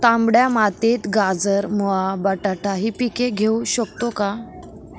तांबड्या मातीत गाजर, मुळा, बटाटा हि पिके घेऊ शकतो का?